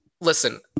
Listen